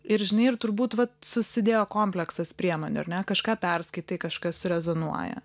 ir žinai ir turbūt vat susidėjo kompleksas priemonių ar ne kažką perskaitai kažkas surezonuoja